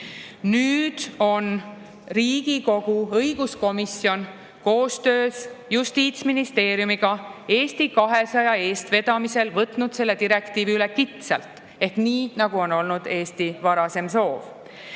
Nüüd on Riigikogu õiguskomisjon koostöös Justiitsministeeriumiga ja Eesti 200 eestvedamisel võtnud selle direktiivi üle kitsalt ehk nii, nagu oli Eesti varasem soov.